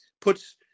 puts